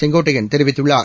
செங்கோட்டையன் தெரிவித்துள்ளார்